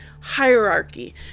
hierarchy